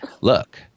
Look